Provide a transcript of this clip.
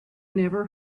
never